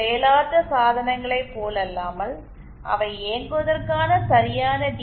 செயலற்ற சாதனங்களைப் போலல்லாமல் அவை இயங்குவதற்கான சரியான டி